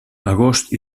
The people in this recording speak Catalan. agost